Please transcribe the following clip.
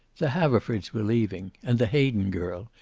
the haverfords were leaving, and the hayden girl,